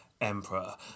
emperor